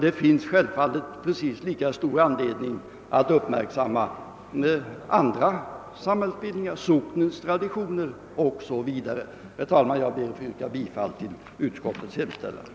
Det finns självfallet precis lika stor anledning att uppmärksamma andra samhällsbildningar, socknens traditioner, 0. S. V. Herr talman! Jag ber att få yrka bifall till utskottets hemställan.